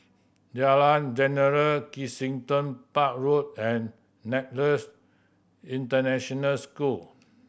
Jalan Jentera Kensington Park Road and Nexus International School